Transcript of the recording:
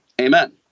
Amen